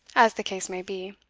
as the case may be.